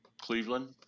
Cleveland